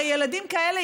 הרי ילדים כאלה,